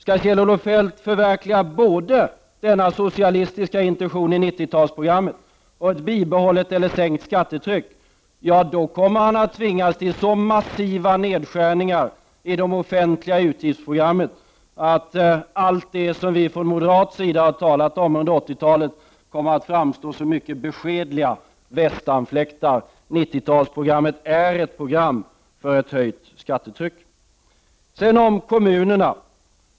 Om Kjell-Olof Feldt både skall förverkliga denna socialistiska intention i 90-talsprogrammet och bibehålla eller sänka skattetrycket, då kommer han att tvingas till så massiva nedskärningar i de offentliga utgiftsprogrammen att alla de nedskärningar som vi moderater har talat om under 80-talet kommer att framstå som mycket beskedliga västanfläktar. 90-talsprogrammet är ett program för ett höjt skattetryck.